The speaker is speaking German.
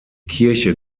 kirche